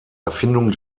erfindung